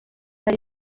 hari